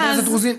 חברת הכנסת רוזין,